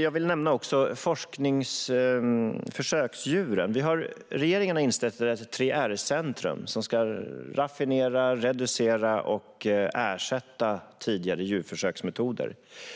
Jag vill också nämna försöksdjuren. Regeringen har instiftat ett 3R-centrum som ska raffinera, reducera och ersätta tidigare djurförsöksmetoder.